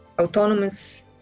autonomous